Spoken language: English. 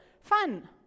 fun